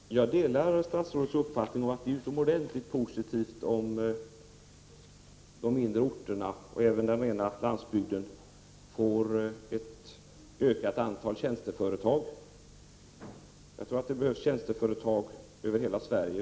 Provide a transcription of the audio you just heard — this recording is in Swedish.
Fru talman! Jag delar statsrådets uppfattning att det är utomordentligt positivt om de mindre orterna och även den rena landsbygden får ett ökat antal tjänsteföretag. Tjänsteföretag behövs över hela Sverige.